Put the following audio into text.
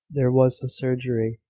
there was the surgery,